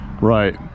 Right